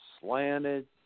slanted